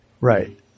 Right